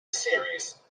series